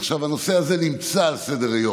עכשיו, הנושא הזה נמצא על סדר-היום.